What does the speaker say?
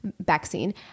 vaccine